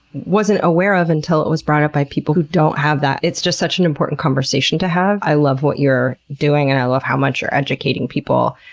wasn't aware of until it was brought up by people who don't have that. it's just such an important conversation to have. i love what you're doing and i love how much you're educating people,